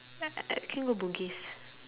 uh can go bugis